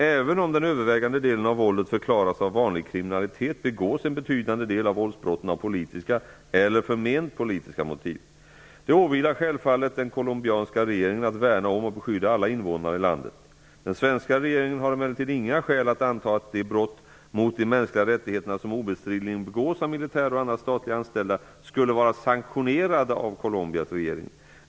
Även om den övervägande delen av våldet förklaras av vanlig kriminalitet begås en betydande del av våldsbrotten av politiska, eller förment politiska, motiv. Det åvilar självfallet den colombianska regeringen att värna om och beskydda alla invånare i landet. Den svenska regeringen har emellertid inga skäl att anta att de brott mot de mänskliga rättigheterna som obestridligen begås av militär och andra statligt anställda skulle vara sanktionerade av Colombias regering.